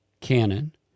canon